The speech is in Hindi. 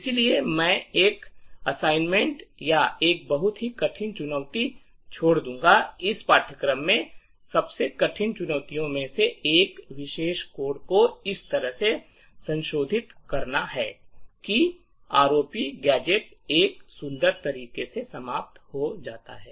इसलिए मैं एक असाइनमेंट या एक बहुत ही कठिन चुनौती छोड़दूंगा इस पाठ्यक्रम में सबसे कठिन चुनौतियों में से एक इस विशेष कोड को इस तरह से संशोधित करना है कि रोप गैजेट एक सुंदर तरीके से समाप्त हो जाता है